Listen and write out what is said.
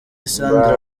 sandra